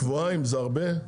שבועיים זה הרבה זמן?